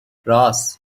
راس